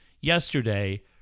yesterday